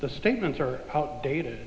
the statements are outdated